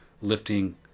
lifting